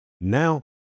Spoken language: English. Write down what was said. Now